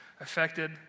affected